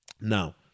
Now